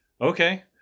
Okay